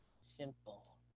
Simple